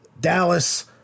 Dallas